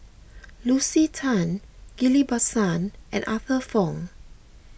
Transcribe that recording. Lucy Tan Ghillie Basan and Arthur Fong